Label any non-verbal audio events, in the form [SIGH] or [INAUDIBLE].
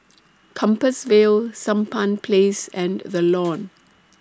Compassvale Sampan Place and The [NOISE] Lawn